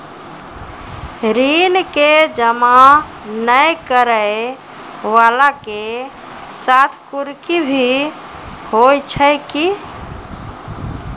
ऋण के जमा नै करैय वाला के साथ कुर्की भी होय छै कि?